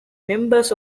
members